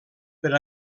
per